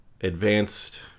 Advanced